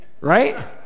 right